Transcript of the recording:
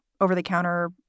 over-the-counter